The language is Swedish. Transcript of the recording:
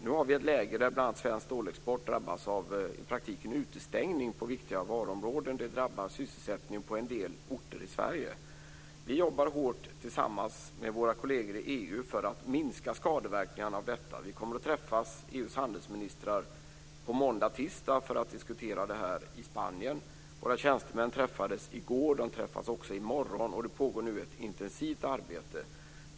Nu har vi ett läge där bl.a. svensk stålexport drabbas av i praktiken utestängning på viktiga varuområden. Det drabbar sysselsättningen på en del orter i Sverige. Vi jobbar hårt tillsammans med våra kolleger i EU för att minska skadeverkningarna av detta. EU:s handelsministrar kommer att träffas på måndag och tisdag för att diskutera detta i Spanien. Våra tjänstemän träffades i går, och de träffas också i morgon. Det pågår nu ett intensivt arbete.